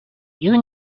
you